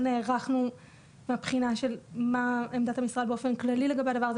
לא נערכנו מהבחינה של מה עמדת המשרד באופן כללי לגבי הדבר הזה,